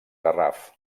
garraf